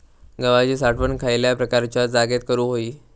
गव्हाची साठवण खयल्या प्रकारच्या जागेत करू होई?